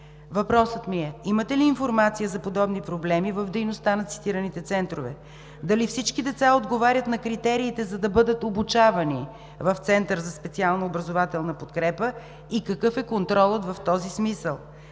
Въпросът ми е: имате ли информация за подобни проблеми в дейността на цитираните центрове? Дали всички деца отговарят на критериите, за да бъдат обучавани в център за специална образователна подкрепа и какъв е контролът в този смисъл?